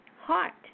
heart